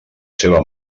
seva